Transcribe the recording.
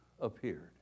appeared